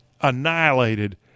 annihilated